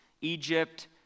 Egypt